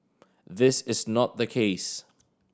this is not the case